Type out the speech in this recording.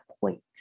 point